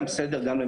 זה נכון.